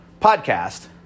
podcast